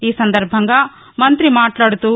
ఈ సందర్బంగా మంతి మాట్లాడుతూ